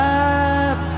up